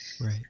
Right